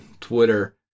Twitter